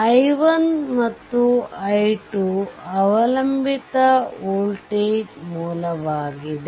i1ಮತ್ತು i2 ಅವಲಂಬಿತ voltage ಮೂಲವಾಗಿದೆ